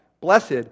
blessed